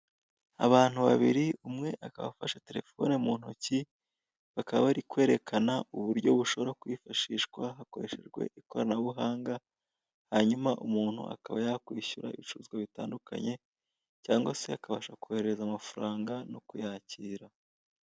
Abantu babiri umwe akaba afashe telefone muntoki, bakaba bari kwerekana uburyo bushobora kwifashishwa hakoreshejwe ikoranabuhanga, hanyuma umuntu akaba yakwishyura ibicuruzwa bitandukanye, cyangwa se akabasha kohereza amafaranga no kuyakira.